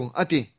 ati